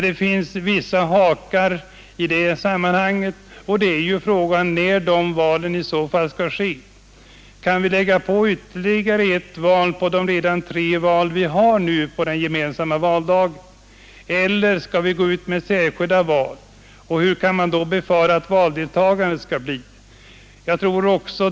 Det finns vissa hakar i det sammanhanget, t.ex. frågan om när de valen i så fall skall ske. Kan vi lägga på ytterligare ett val på de tre vi redan har på den gemensamma valdagen, eller skall vi ha särskilda val? Hurdant kan vi då räkna med att valdeltagandet blir?